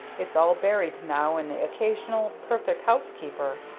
it's all buried now in the occasional perfect housekeeper